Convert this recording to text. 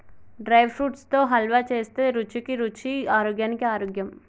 dry fruits తో హల్వా చేస్తే రుచికి రుచి ఆరోగ్యానికి ఆరోగ్యం